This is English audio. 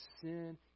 sin